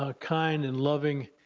ah kind, and loving